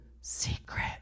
secret